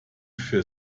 für